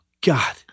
God